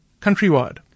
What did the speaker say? Countrywide